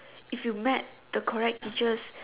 if you met the correct teachers